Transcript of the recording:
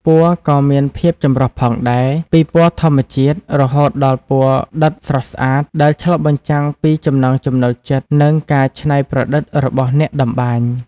ពណ៌ក៏មានភាពចម្រុះផងដែរ ពីពណ៌ធម្មជាតិរហូតដល់ពណ៌ដិតស្រស់ស្អាត ដែលឆ្លុះបញ្ចាំងពីចំណង់ចំណូលចិត្ត និងការច្នៃប្រឌិតរបស់អ្នកតម្បាញ។